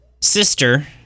sister